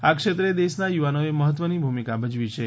આ ક્ષેત્રે દેશના યુવાનોએ મહત્વની ભૂમિકા ભજવી છે